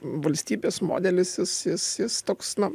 valstybės modelis jis jis jis toks na